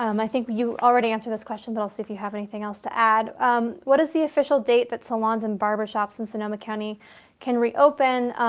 um i think you already answered this question, but i'll see if you have anything else to add what is the official date that salons and barbershops in sonoma county can reopen?